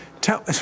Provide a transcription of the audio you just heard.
Tell